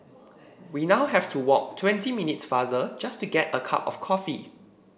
we now have to walk twenty minutes farther just to get a cup of coffee